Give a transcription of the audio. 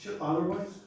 Otherwise